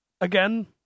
again